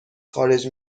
خارج